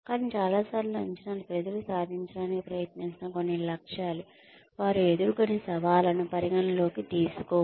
కానీ చాలా సార్లు అంచనాలు ప్రజలు సాధించడానికి ప్రయత్నిస్తున్న కొన్ని లక్ష్యాలు వారు ఎదుర్కొనే సవాళ్లను పరిగణనలోకి తీసుకోవు